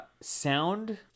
Sound